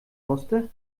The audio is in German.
musste